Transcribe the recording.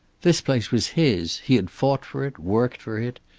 this place was his he had fought for it, worked for it.